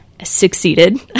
succeeded